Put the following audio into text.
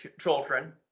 children